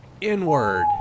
inward